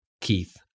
Keith